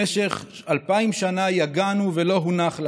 אשר במשך אלפיים שנה יגענו ולא הונח לנו.